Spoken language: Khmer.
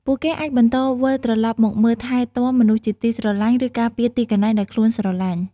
ពួកគេអាចបន្តវិលត្រឡប់មកមើលថែទាំមនុស្សជាទីស្រឡាញ់ ឬការពារទីកន្លែងដែលខ្លួនស្រឡាញ់។